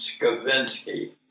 Skavinsky